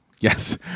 Yes